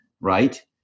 right